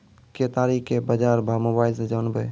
केताड़ी के बाजार भाव मोबाइल से जानवे?